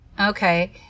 Okay